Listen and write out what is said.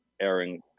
airing